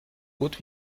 gut